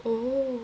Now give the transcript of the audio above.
oo